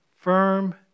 firm